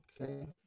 Okay